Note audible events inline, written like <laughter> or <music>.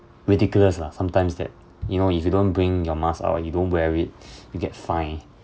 ridiculous lah sometimes that you know if you don't bring your mask out and you don't wear it <breath> you get fined